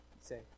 say